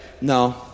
No